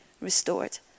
restored